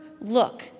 look